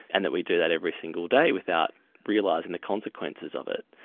and that we do that every single day without realising the consequences of it.